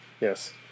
Yes